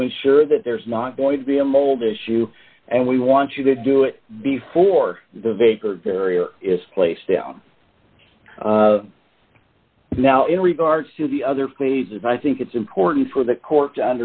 to ensure that there is not going to be a mold issue and we want you to do it before the vapor barrier is placed on now in regards to the other phases i think it's important for the court to